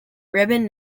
ribbon